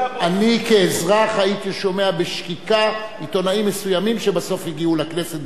אני כאזרח הייתי שומע בשקיקה עיתונאים מסוימים שבסוף הגיעו לכנסת,